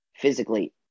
Physically